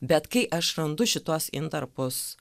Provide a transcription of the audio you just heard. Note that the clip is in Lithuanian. bet kai aš randu šituos intarpus